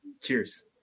cheers